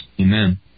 Amen